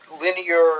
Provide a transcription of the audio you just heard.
linear